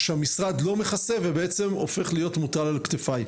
שהמשרד לא מכסה ובעצם הופך להיות מוטל על כתפיי.